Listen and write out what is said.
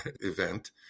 event